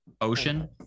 Ocean